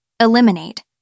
eliminate